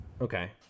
Okay